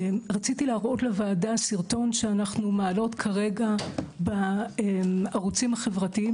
רציתי להראות לוועדה סרטון שאנחנו מעלות כרגע בערוצים החברתיים